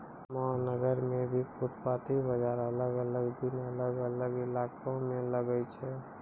महानगर मॅ भी फुटपाती बाजार अलग अलग दिन अलग अलग इलाका मॅ लागै छै